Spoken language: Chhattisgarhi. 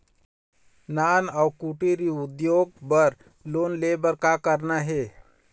नान अउ कुटीर उद्योग बर लोन ले बर का करना हे?